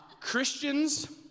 Christians